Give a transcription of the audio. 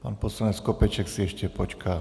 Pan poslanec Skopeček si ještě počká.